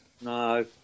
No